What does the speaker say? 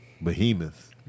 behemoth